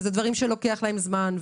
זה לוקח לדברים זמן.